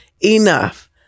enough